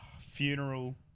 funeral